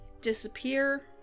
disappear